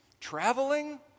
traveling